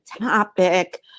topic